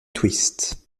twist